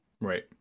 Right